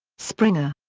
springer.